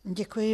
Děkuji.